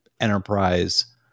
enterprise